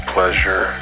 Pleasure